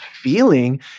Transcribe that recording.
feeling